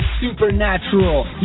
supernatural